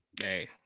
Hey